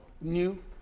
new